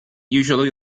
usually